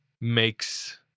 makes